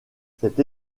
cette